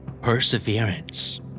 Perseverance